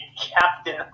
captain